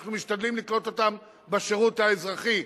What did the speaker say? אנחנו משתדלים לקלוט אותם בשירות האזרחי,